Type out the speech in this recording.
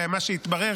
ומה שהתברר,